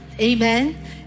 Amen